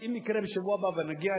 אם יקרה בשבוע הבא ואני אגיע,